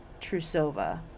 Trusova